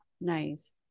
Nice